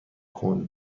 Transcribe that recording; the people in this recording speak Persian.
کند